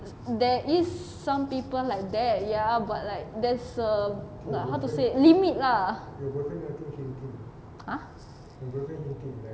there is some people like that ya but like there's a how to say limit lah ah !huh!